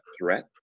threat